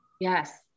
Yes